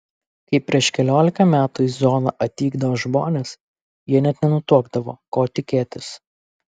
kai prieš keliolika metų į zoną atvykdavo žmonės jie net nenutuokdavo ko tikėtis